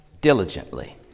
diligently